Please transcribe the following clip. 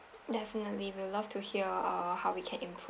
definitely we'll love to hear uh how we can improve